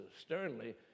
sternly